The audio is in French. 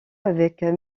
avec